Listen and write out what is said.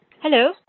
Hello